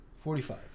Forty-five